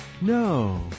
No